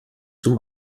zum